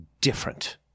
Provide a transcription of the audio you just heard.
different